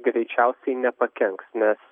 greičiausiai nepakenks nes